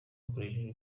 hakoreshejwe